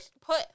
put